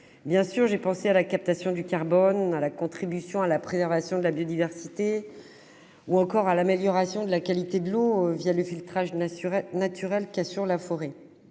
Bien entendu, j'ai pensé à la captation du carbone, à la contribution à la préservation de notre biodiversité ou encore à l'amélioration de la qualité de l'eau le filtrage naturel qu'assure la forêt.